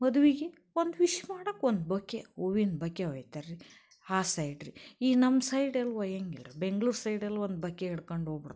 ಮದುವೆಗೆ ಒಂದು ವಿಶ್ ಮಾಡೋಕೆ ಒಂದು ಬೊಕ್ಕೆ ಹೂವಿನ್ ಬೊಕ್ಕೆ ಒಯ್ತಾರೆ ರೀ ಆ ಸೈಡು ರೀ ಈ ನಮ್ಮ ಸೈಡಲ್ಲಿ ಒಯ್ಯಂಗಿಲ್ಲ ರೀ ಬೆಂಗ್ಳೂರು ಸೈಡಲ್ಲಿ ಒಂದು ಬೊಕ್ಕೆ ಹಿಡ್ಕಂಡ್ ಹೋಗ್ ಬಿಡ್ತಾರೆ ರೀ